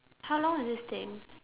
how long is this thing